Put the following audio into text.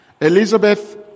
Elizabeth